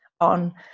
on